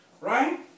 right